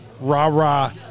rah-rah